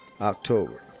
October